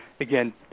again